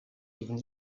even